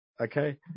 Okay